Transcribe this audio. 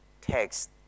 text